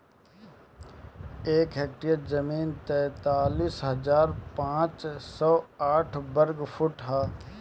एक एकड़ जमीन तैंतालीस हजार पांच सौ साठ वर्ग फुट ह